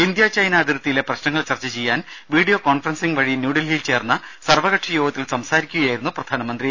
India China അതിർത്തിയിലെ പ്രശ്നങ്ങൾ ചർച്ച ചെയ്യാൻ വീഡിയോ കോൺഫറൻസിങ്ങ് വഴി ന്യൂഡൽഹിയിൽ ചേർന്ന സർവകക്ഷി യോഗത്തിൽ സംസാരിക്കുകയായിരുന്നു പ്രധാനമന്ത്രി